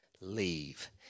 leave